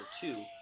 two